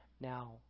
Now